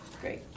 Great